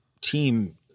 team